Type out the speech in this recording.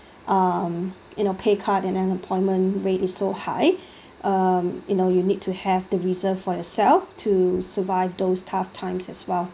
um you know pay cut and then appointment rate is so high um you know you need to have the reserve for yourself to survive those tough times as well